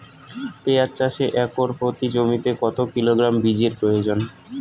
পেঁয়াজ চাষে একর প্রতি জমিতে কত কিলোগ্রাম বীজের প্রয়োজন?